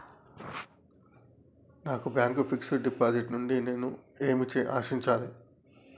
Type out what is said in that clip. నా bank fixed deposit నుండి నేను ఏమి ఆశించాలి?